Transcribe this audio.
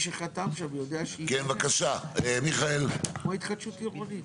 אבל מראש מי שחתם שם יודע , כמו התחדשות עירונית.